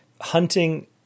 hunting